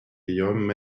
riom